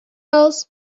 gulls